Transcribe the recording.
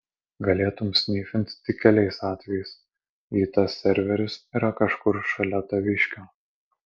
galėtum snifint tik keliais atvejais jei tas serveris yra kažkur šalia taviškio